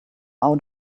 out